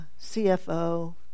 CFO